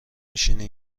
میشینی